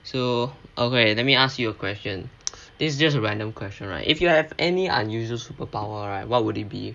so okay let me ask you a question this just random question right if you have any unusual superpower right what would it be